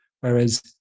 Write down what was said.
Whereas